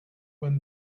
when